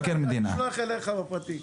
אשלח לך את זה בפרטי.